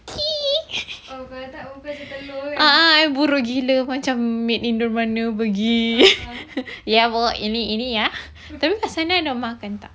buruk gila macam maid indo mana pergi bawa ini ini ya